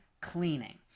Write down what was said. cleaning